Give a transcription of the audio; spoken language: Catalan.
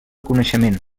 coneixement